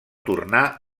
tornà